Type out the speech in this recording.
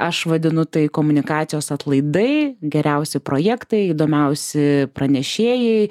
aš vadinu tai komunikacijos atlaidai geriausi projektai įdomiausi pranešėjai